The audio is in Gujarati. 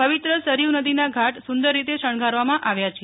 પવિત્ર સરયુ નદીના ઘાટ સુંદર રીતે શણગારવામાં આવ્યા છે